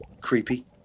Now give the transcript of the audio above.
creepy